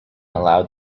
allowed